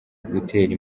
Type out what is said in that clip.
gutera